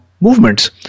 movements